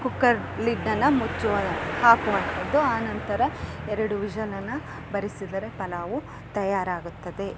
cooker ಲಿಡ್ಡನ್ನು ಮುಚ್ಚು ಹಾಕುವಂಥದ್ದು ಆನಂತರ ಎರಡು ವಿಶಲನ್ನು ಬರಿಸಿದರೆ ಪಲಾವು ತಯಾರಾಗುತ್ತದೆ